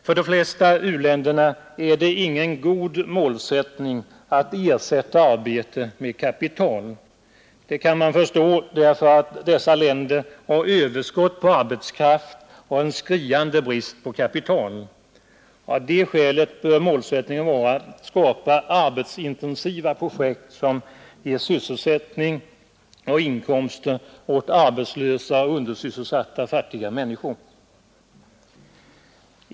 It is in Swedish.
För de flesta u-länder är det ingen god målsättning att ersätta arbete med kapital. Det kan man förstå därför att dessa länder har överskott på arbetskraft och en skriande brist på kapital. Av det skälet bör målsättningen vara att skapa arbetsintensiva projekt, som ger sysselsättning och inkomster åt arbetslösa och undersysselsatta fattiga människor.